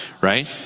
right